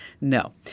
No